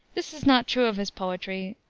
this is not true of his poetry,